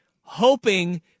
hoping